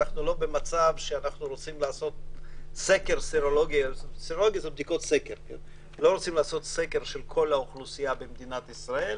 אנחנו לא במצב שאנחנו רוצים לעשות סקר של כל האוכלוסייה במדינת ישראל.